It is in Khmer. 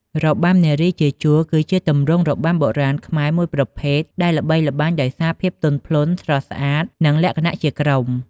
របាំនារីជាជួរ គឺជាទម្រង់របាំបុរាណខ្មែរមួយប្រភេទដែលល្បីល្បាញដោយសារភាពទន់ភ្លន់ ស្រស់ស្អាត និងលក្ខណៈជាក្រុម។